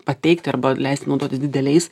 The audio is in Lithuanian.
pateikti arba leisti naudotis dideliais